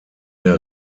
der